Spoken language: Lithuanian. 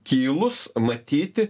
tylūs matyti